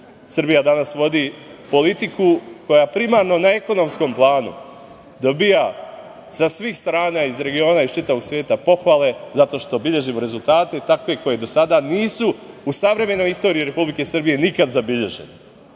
Srbija danas vodi politiku koja primarno na ekonomskom planu dobija sa svih strana iz regiona, iz čitavog sveta pohvale zato što beležimo rezultate, takve koje do sada nisu u savremenoj istoriji Republike Srbije nikada zabeleženi. Mi